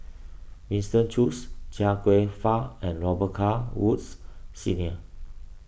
Winston Choos Chia Kwek Fah and Robet Carr Woods Senior